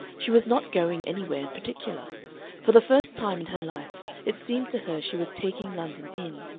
she was not going anywhere in particular for the first time in her life it seemed to her she was taking london in.